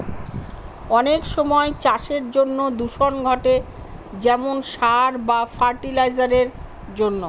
অনেক সময় চাষের জন্য দূষণ ঘটে যেমন সার বা ফার্টি লাইসারের জন্য